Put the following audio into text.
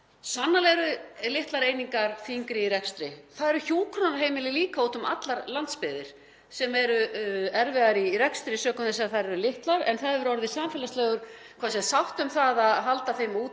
Sannarlega eru litlar einingar þyngri í rekstri. Það eru hjúkrunarheimili líka úti um alla landsbyggðina sem eru erfiðar í rekstri sökum þess að þær eru litlar en það hefur orðið samfélagsleg sátt um að halda þeim úti.